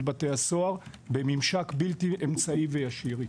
בתי הסוהר בממשק בלתי אמצעי וישיר איתם.